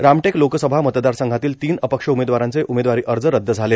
रामटेक लोकसभा मतदारसंघातील तीन अपक्ष उमेदवारांचे उमेदवारी अर्ज रद्द झाले